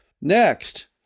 Next